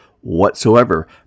whatsoever